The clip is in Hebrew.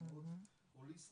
אנחנו מאד הוליסטיים,